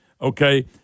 Okay